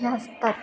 हे असतात